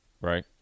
right